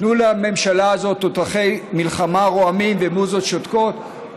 תנו לממשלה הזאת תותחי מלחמה רועמים ומוזות שותקות,